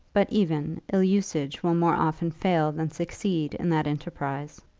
but even ill-usage will more often fail than succeed in that enterprise.